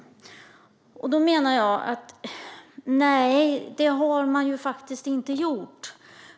Nej, det har man faktiskt inte gjort.